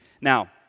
Now